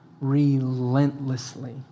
relentlessly